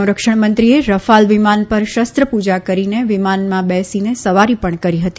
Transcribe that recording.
સંરક્ષણમંત્રીએ રફાલ વિમાન પર શસ્ત્રપૂજા કરીને વિમાનમાં બેસીને સવારી પણ કરી હતી